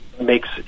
makes